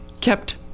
kept